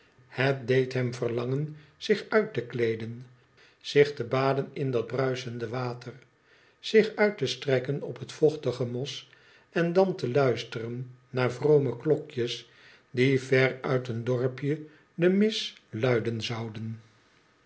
het deed hem verlangen zich uit te kleeden zich te baden in dat bruischende water zich uit te strekken op het vochtige mos en dan te luisteren naar vrome klokjes die ver uit een dorpje de mis luiden zouden